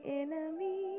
enemy